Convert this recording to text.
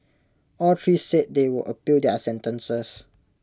all three said they would appeal their sentences